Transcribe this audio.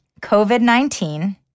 COVID-19